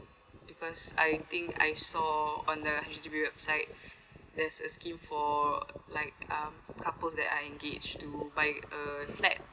because I think I saw on the H_D_B website there's a scheme for like um couples that are engage to buy a flat